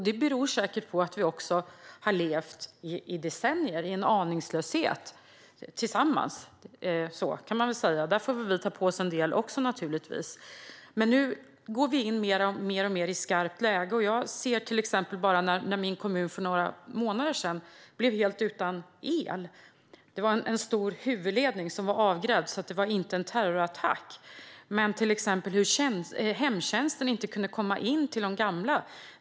Det beror säkert på att vi i decennier har levt i en aningslöshet - tillsammans; där får väl vi ta på oss en del också, naturligtvis. Nu går vi dock mer och mer in i skarpt läge. Jag kan ta ett exempel, nämligen när min kommun för några månader sedan blev helt utan el. Det var en stor huvudledning som hade grävts av, så det var inte en terrorattack, men till exempel kunde hemtjänsten inte komma in till de gamla.